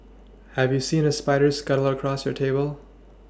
have you seen a spider scuttle across your table